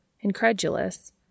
Incredulous